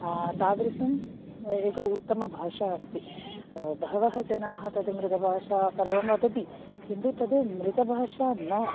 तादृशम् एका उत्तमभाषा अस्ति बहवः जनाः तत् मृतभाषा सर्वं वदति किन्तु तत् मृतभााषा न